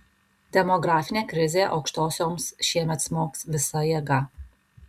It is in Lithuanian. demografinė krizė aukštosioms šįmet smogs visa jėga